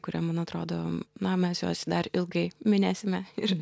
kurie man atrodo na mes juos dar ilgai minėsime ir